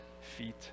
feet